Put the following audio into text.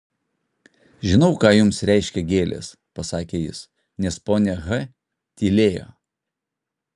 žinau ką jums reiškia gėlės pasakė jis nes ponia h tylėjo